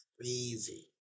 crazy